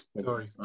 Sorry